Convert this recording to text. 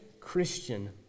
Christian